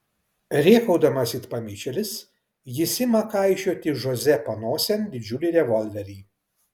rėkaudamas it pamišėlis jis ima kaišioti žoze panosėn didžiulį revolverį